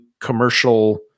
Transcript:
Commercial